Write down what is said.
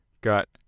got